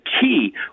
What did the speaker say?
key